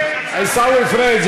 עיסאווי פריג',